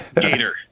Gator